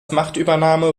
machtübernahme